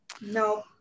No